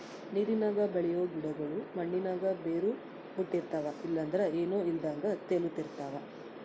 ನೀರಿನಾಗ ಬೆಳಿಯೋ ಗಿಡುಗುಳು ಮಣ್ಣಿನಾಗ ಬೇರು ಬುಟ್ಟಿರ್ತವ ಇಲ್ಲಂದ್ರ ಏನೂ ಇಲ್ದಂಗ ತೇಲುತಿರ್ತವ